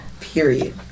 Period